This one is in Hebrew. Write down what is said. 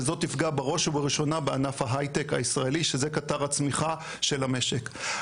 וזאת תפגע בראש ובראשונה בענף ההיי-טק הישראלי שזה קטר הצמיחה של המשק.